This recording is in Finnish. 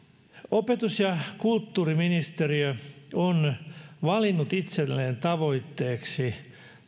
opetus ja kulttuuriministeriö on valinnut itselleen tavoitteeksi